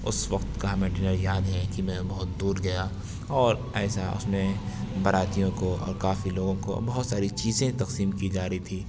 اس وقت کا ہمیں ڈنر یاد ہے کہ میں بہت دور گیا اور ایسا اس نے براتیوں کو اور کافی لوگوں کو بہت ساری چیزیں تقسیم کی جا رہی تھی